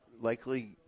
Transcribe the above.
likely